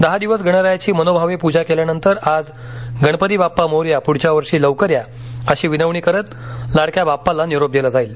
दहा दिवस गणरायाची मनोभावे पूजा केल्यानंतर आज गणपती बाप्पा मोरया पुढच्या वर्षी लवकर या अशी विनवणी करत लाडक्या बाप्पाला निरोप दिला जाईल